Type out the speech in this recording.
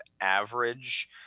average